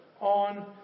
on